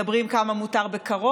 מדברים על כמה מותר בקרון,